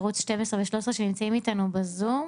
ערוצים 12 ו-13 שנמצאים אתנו בזום,